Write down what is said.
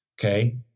Okay